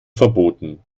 verboten